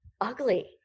ugly